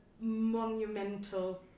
monumental